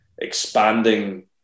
expanding